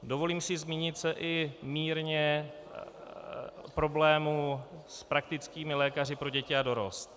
Dovolím si zmínit se i mírně o problému s praktickými lékaři pro děti a dorost.